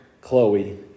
Chloe